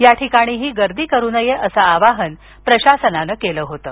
या ठिकाणीही गर्दी करू नये असं आवाहन प्रशासनानं केलं होतं